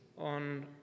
on